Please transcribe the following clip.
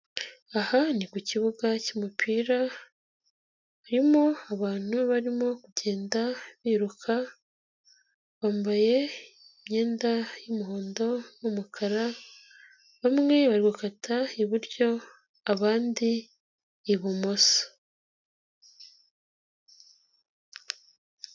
Aha ni ku kibuga cy'umupira, haririmo abantu barimo kugenda biruka, bambaye imyenda y'umuhondo, n'umukara, bamwe bari gukata iburyo abandi ibumoso.